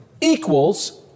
equals